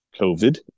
COVID